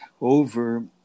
over